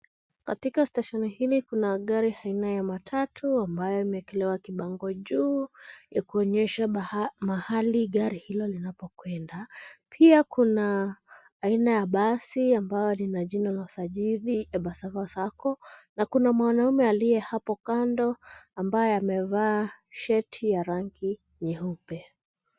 Katika stesheni hili kuna gari aina ya matatu ambayo imeekelewa kibango juu ya kuonyesha mahali gari hilo linapokwenda. Pia kuna aina ya basi ambayo lina jina la usajili Embassava Sacco na kuna mwanaume aliye hapo kando ambaye amevaa sheti ya rangi nyeupe.